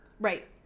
right